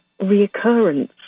reoccurrence